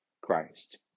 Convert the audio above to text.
Christ